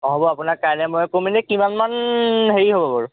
অ হ'ব আপোনাক কাইলে মই ক'ম এনে কিমানমান হেৰি হ'ব বাৰু